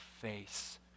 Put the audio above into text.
face